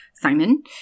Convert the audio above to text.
Simon